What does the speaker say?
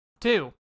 Two